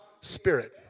spirit